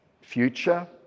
future